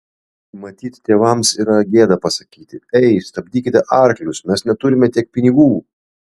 matyt tėvams yra gėda pasakyti ei stabdykite arklius mes neturime tiek pinigų